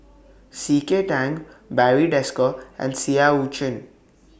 C K Tang Barry Desker and Seah EU Chin